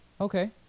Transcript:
Okay